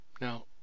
Now